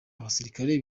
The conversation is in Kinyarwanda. abasirikare